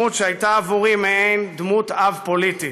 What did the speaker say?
מדמות שהייתה בעבורי מעין דמות אב פוליטי,